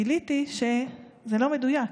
גיליתי שזה לא מדויק,